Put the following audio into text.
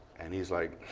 and he's like,